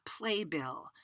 playbill